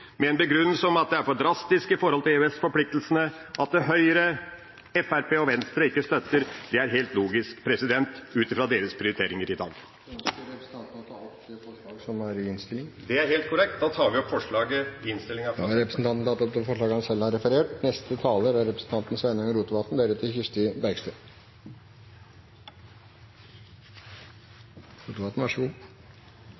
det er for drastisk med tanke på EØS-forpliktelsene. At Høyre, Fremskrittspartiet og Venstre ikke støtter oss, er helt logisk ut fra deres prioriteringer i dag. Ønsker representanten Per Olaf Lundteigen å ta opp forslaget som ligger i innstillingen? Det er helt korrekt. Jeg tar opp forslaget i innstillinga. Representanten Per Olaf Lundteigen har da tatt opp det forslaget han